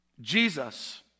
Jesus